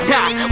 Nah